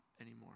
anymore